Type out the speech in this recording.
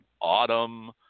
autumn